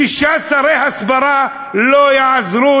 שישה שרי הסברה לא יעזרו